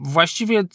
Właściwie